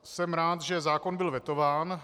Jsem rád, že zákon byl vetován.